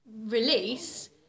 release